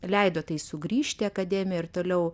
leido tai sugrįžti į akademiją ir toliau